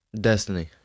Destiny